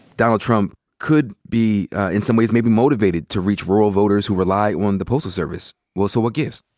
donald trump could be in some ways maybe motivated to reach rural voters who rely on the postal service. well, so what gives?